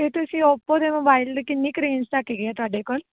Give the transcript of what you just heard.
ਇਹ ਤੁਸੀਂ ਓਪੋ ਦੇ ਮੋਬਾਈਲ ਕਿੰਨੀ ਕੁ ਰੇਂਜ ਤੱਕ ਹੈਗੇ ਆ ਤੁਹਾਡੇ ਕੋਲ